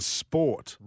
sport